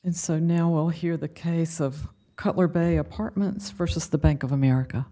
and so now we'll hear the case of cutler bay apartments versus the bank of america